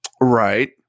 Right